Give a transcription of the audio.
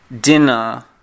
dinner